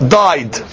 died